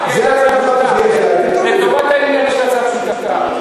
לטובת העניין יש לי הצעה פשוטה,